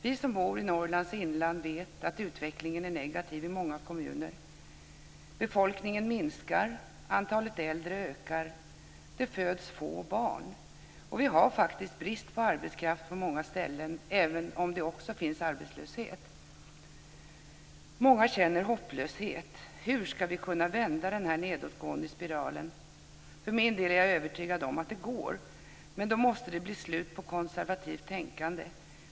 Vi som bor i Norrlands inland vet att utvecklingen är negativ i många kommuner. Befolkningen minskar. Antalet äldre ökar. Det föds få barn. Och vi har brist på arbetskraft på många ställen, även om det också finns arbetslöshet. Många känner hopplöshet: Hur ska vi kunna vända den här nedåtgående spiralen? För min del är jag övertygad om att det går, men då måste det bli slut på konservativt tänkande.